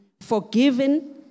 forgiven